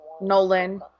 Nolan